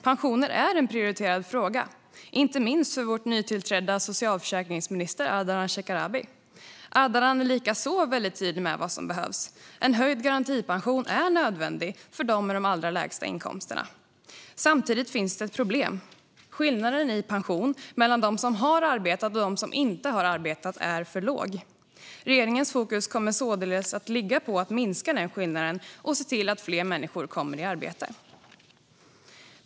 Pensioner är en prioriterad fråga, inte minst för vår nytillträdde socialförsäkringsminister Ardalan Shekarabi. Ardalan är också väldigt tydlig med vad som behövs. En höjd garantipension är nödvändig för dem med de allra lägsta inkomsterna. Samtidigt finns det ett problem. Skillnaden i pension mellan dem som har arbetat och dem som inte har arbetat är för liten. Regeringens fokus kommer således att ligga på att öka den skillnaden och se till att fler människor kommer i arbete.